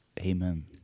amen